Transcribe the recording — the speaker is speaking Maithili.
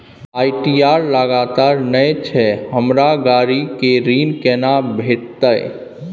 आई.टी.आर लगातार नय छै हमरा गाड़ी के ऋण केना भेटतै?